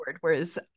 Whereas